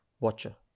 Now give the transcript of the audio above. Watcher